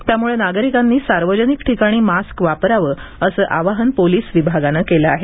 त्यामुळे नागरिकांनी सार्वजनिक ठिकाणी मास्क वापरावा असं आवाहन पोलीस विभागानं केल आहे